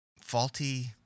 faulty